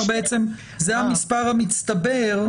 זה המספר המצטבר?